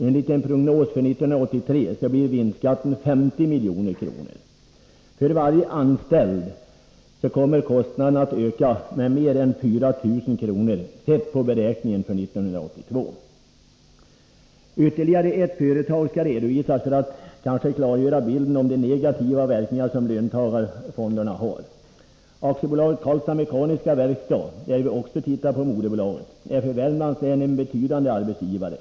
Enligt en prognos för 1983 blir vinstskatten 50 milj.kr. För varje anställd kommer kostnaden att öka med mer än 4 000 kr., utifrån beräkningen för 1982. Ytterligare ett företag skall redovisas för att åskådliggöra de negativa verkningar löntagarfonderna får. AB Karlstads Mekaniska Werkstad — vi ser även i det här fallet på moderbolaget — är i Värmlands län en betydande arbetsgivare.